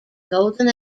golden